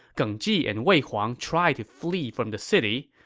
geng ji and wei huang tried to flee from the city,